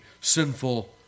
sinful